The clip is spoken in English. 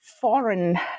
foreign